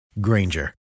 Granger